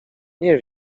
nie